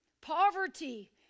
poverty